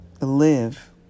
live